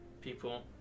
people